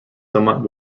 somewhat